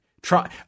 try